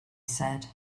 said